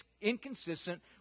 inconsistent